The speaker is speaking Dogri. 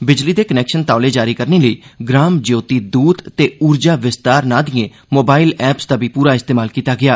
बिजली दे कनैक्शन तौले जारी करने लेई 'ग्राम ज्योति दूत' ते 'ऊर्जा विस्तार' ना दिए मोबाईल ऐप्स दा बी पूरा इस्तमाल कीता गेआ